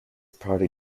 proudly